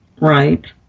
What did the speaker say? Right